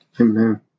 amen